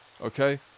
okay